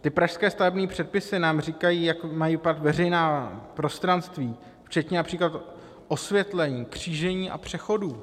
Ty pražské stavební předpisy nám říkají, jak mají vypadat veřejná prostranství, včetně například osvětlení, křížení a přechodů.